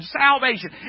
salvation